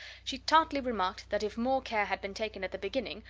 she tartly remarked that if more care had been taken at the beginning,